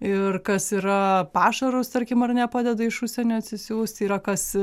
ir kas yra pašarus tarkim ar ne padeda iš užsienio atsisiųst yra kas